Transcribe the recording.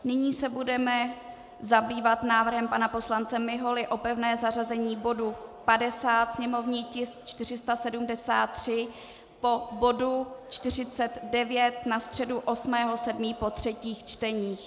Nyní se budeme zabývat návrhem pana poslance Miholy na pevné zařazení bodu 50, sněmovní tisk 473, po bodu 49 na středu 8. 7., po třetích čteních.